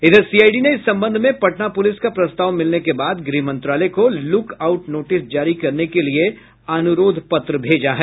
इधर सीआईडी ने इस संबंध में पटना पुलिस का प्रस्ताव मिलने के बाद गृह मंत्रालय को लुक आउट नोटस जारी करने के लिए अनुरोध पत्र भेजा है